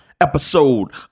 Episode